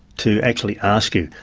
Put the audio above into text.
to actually ask you,